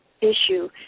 issue